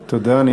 תודה.